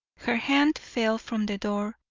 her hand fell from the door,